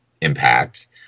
impact